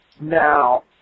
now